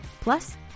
Plus